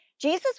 Jesus